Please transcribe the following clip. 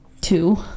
two